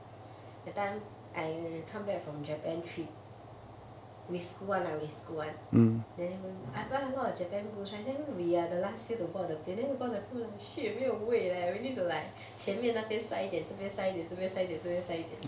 that time I come back from japan trip with school one ah with school one then I buy a lot of japan goods right then we are the last few to board the plane right then we board the plane we were like shit 没有位 leh we need to like 前面那变塞一点这变塞一点这变塞一点这变塞一点